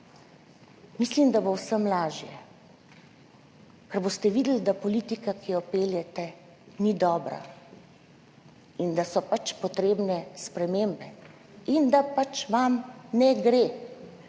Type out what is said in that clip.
mislim, da bo vsem lažje, ker boste videli, da politika, ki jo peljete, ni dobra in da so pač potrebne spremembe in da pač vam ne gre.